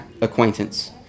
acquaintance